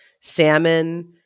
salmon